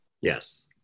Yes